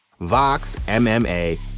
VOXMMA